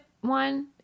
one